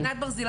רק בדאודורנט.